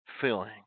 feeling